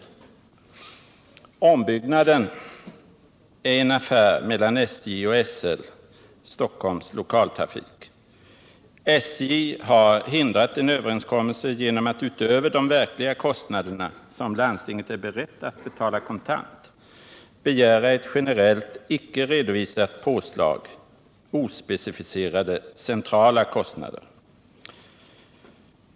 Ombyggnaden är en affär mellan SJ och SL —- AB Storstockholms Lokaltrafik. SJ har hindrat en överenskommelse genom att utöver de verkliga kostnaderna, som landstinget är redo att betala kontant, begära ett generellt, icke redovisat påslag — ospecificerade centrala kostnader.